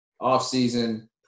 off-season